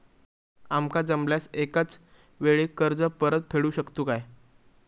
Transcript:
आमका जमल्यास एकाच वेळी कर्ज परत फेडू शकतू काय?